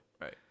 Right